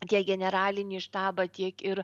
ge generalinį štabą tiek ir